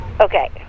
Okay